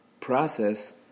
process